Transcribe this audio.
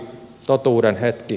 totuuden hetki